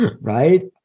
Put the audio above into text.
Right